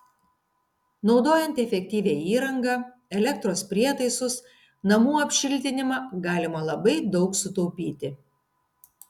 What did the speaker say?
naudojant efektyvią įrangą elektros prietaisus namų apšiltinimą galima labai daug sutaupyti